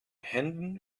händen